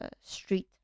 street